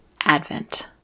Advent